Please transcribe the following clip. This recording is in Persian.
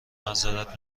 معذرت